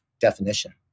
definition